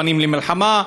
פנים למלחמה,